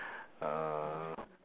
uh